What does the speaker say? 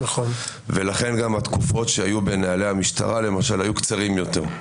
ולכן התקופות שהיו בנהלי המשטרה למשל היו קצרים יותר.